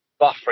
buffering